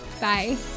Bye